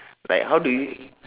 like how do you